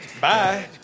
Bye